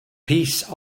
peace